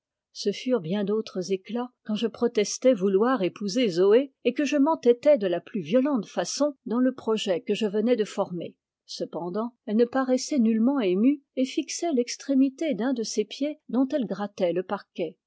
ce furent bien d'autres éclats quand je protestai vouloir épouser zoé et que je m'entêtai de la plus violente façon dans le projet que je venais de former cependant elle ne paraissait nullement émue et fixait l'extrémité d'un de ses pieds dont elle grattait le parquet